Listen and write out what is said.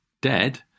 dead